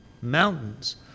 mountains